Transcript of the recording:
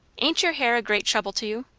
ain't your hair a great trouble to you?